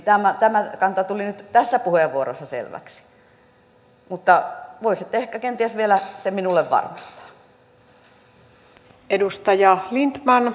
eli tämä kanta tuli nyt tässä puheenvuorossa selväksi mutta voisitte ehkä kenties vielä sen minulle varmentaa